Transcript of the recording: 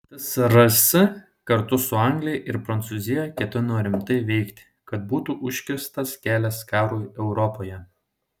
tsrs kartu su anglija ir prancūzija ketino rimtai veikti kad būtų užkirstas kelias karui europoje